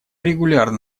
регулярно